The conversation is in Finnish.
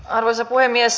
arvoisa puhemies